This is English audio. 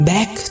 Back